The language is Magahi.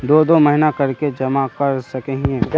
दो दो महीना कर के जमा कर सके हिये?